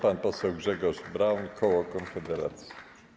Pan poseł Grzegorz Braun, koło Konfederacji.